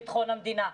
כתב אישום.